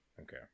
Okay